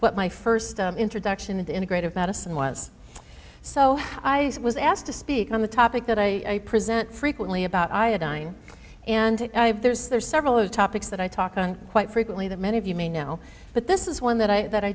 what my first introduction into integrative medicine was so i was asked to speak on the topic that i present frequently about iodine and there's there's several other topics that i talk on quite frequently that many of you may know but this is one that i that i